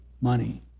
money